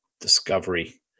Discovery